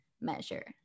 measure